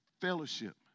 Fellowship